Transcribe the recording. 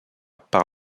par